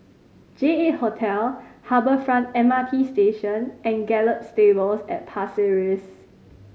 J Eight Hotel Harbour Front M R T Station and Gallop Stables at Pasir Ris